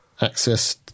access